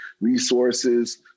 resources